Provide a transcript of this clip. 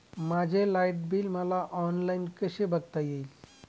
माझे light bill मला online कसे बघता येईल?